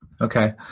Okay